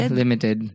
limited